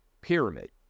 pyramid